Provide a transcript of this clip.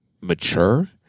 mature